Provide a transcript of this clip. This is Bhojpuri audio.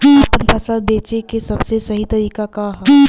आपन फसल बेचे क सबसे सही तरीका का ह?